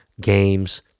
games